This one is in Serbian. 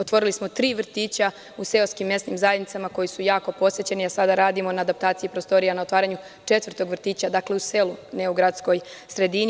Otvorili smo tri vrtića u seoskim mesnim zajednicama koji su jako posećeni, a sada radimo na adaptaciji prostorija, na otvaranju četvrtog vrtića u selu, ne u gradskoj sredini.